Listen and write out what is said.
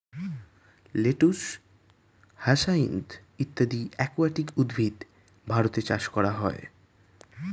lettuce, hyacinth ইত্যাদি aquatic উদ্ভিদ ভারতে চাষ করা হয়